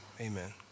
amen